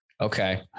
Okay